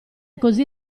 così